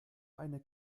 eine